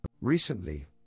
Recently